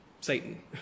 Satan